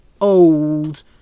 old